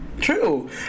True